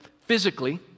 physically